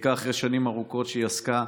בעיקר אחרי שנים ארוכות שהיא עסקה,